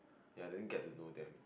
ya didn't get to know them